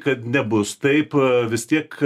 kad nebus taip vis tiek